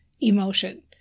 emotion